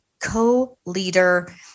co-leader